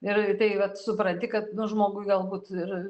ir tai vat supranti kad nu žmogui galbūt ir